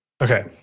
Okay